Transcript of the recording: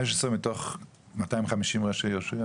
15 תוך 250 ראשי עיר.